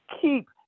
keep